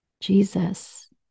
Jesus